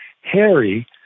Harry